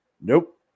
Nope